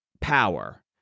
power